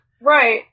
Right